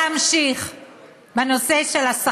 עכשיו תורי.